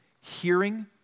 hearing